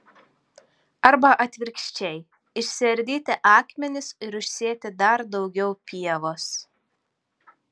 arba atvirkščiai išsiardyti akmenis ir užsėti dar daugiau pievos